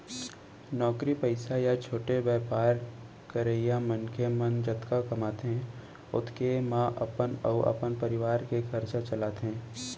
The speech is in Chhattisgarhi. नौकरी पइसा या छोटे बयपार करइया मनखे मन जतका कमाथें ओतके म अपन अउ अपन परवार के खरचा चलाथें